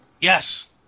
Yes